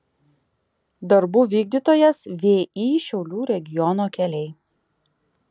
darbų vykdytojas vį šiaulių regiono keliai